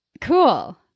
Cool